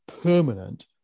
permanent